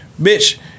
Bitch